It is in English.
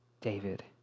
David